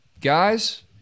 guys